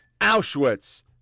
Auschwitz